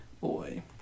Boy